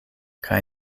kaj